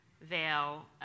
veil